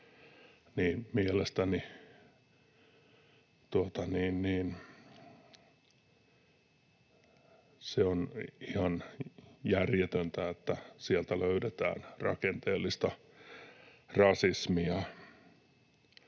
mielestäni se on ihan järjetöntä, että sieltä löydetään rakenteellista rasismia.